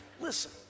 listen